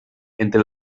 entre